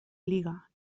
liga